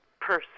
person